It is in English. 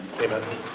amen